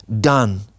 done